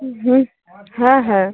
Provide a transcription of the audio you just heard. হুম হ্যাঁ হ্যাঁ